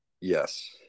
Yes